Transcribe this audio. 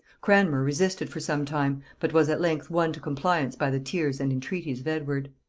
cranmer resisted for some time, but was at length won to compliance by the tears and entreaties of edward.